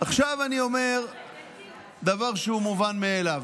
עכשיו אני אומר דבר שהוא מובן מאליו: